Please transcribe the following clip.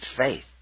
faith